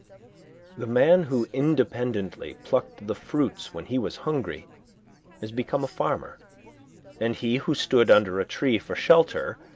the man who independently plucked the fruits when he was hungry is become a farmer and he who stood under a tree for shelter,